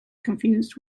confused